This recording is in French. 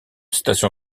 station